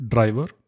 Driver